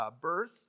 birth